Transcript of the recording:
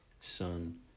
sun